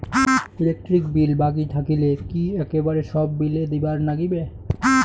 Electric bill বাকি থাকিলে কি একেবারে সব বিলে দিবার নাগিবে?